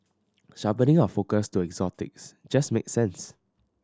sharpening our focus to exotics just made sense